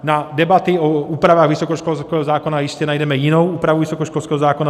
Na debaty o úpravách vysokoškolského zákona jistě najdeme jinou úpravu vysokoškolského zákona.